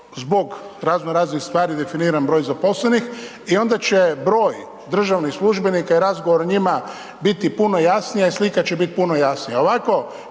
zbog raznoraznih stvari definiran broj zaposlenih i onda će broj državnih službenika i razgovor o njima biti puno jasniji a i slika će biti puno jasnija.